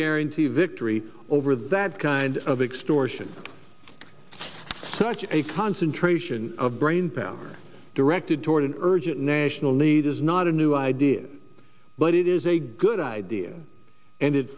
guarantee victory over that kind of extortion such a concentration of brainpower directed toward an urgent national need is not a new idea but it is a good idea and